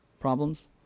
problems